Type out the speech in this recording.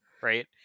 right